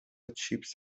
چیپس